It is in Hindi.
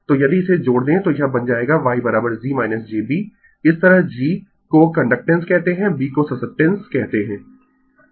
तो यदि इसे जोड़ दें तो यह बन जाएगा Y g jb इस तरह g को कंडक्टेंस कहते है b को ससेप्टटेंस कहते है